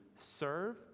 serve